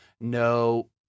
no